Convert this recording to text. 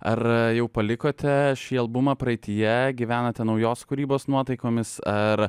ar jau palikote šį albumą praeityje gyvenate naujos kūrybos nuotaikomis ar